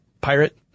pirate